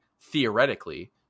theoretically